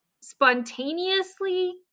spontaneously